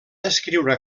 escriure